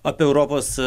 apie europos